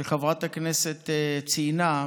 שחברת הכנסת ציינה,